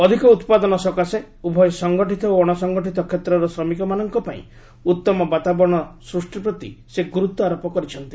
ଅଧିକ ଉତ୍ପାଦନ ସକାଶେ ଉଭୟ ସଙ୍ଗଠିତ ଓ ଅଶସଙ୍ଗଠିତ କ୍ଷେତ୍ରର ଶ୍ରମିକମାନଙ୍କପାଇଁ ଉତ୍ତମ ବାତାବରଣ ସୃଷ୍ଟି ପ୍ରତି ସେ ଗୁରୁତ୍ୱ ଆରୋପ କରିଛନ୍ତି